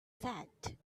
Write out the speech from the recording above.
said